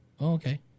Okay